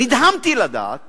נדהמתי לדעת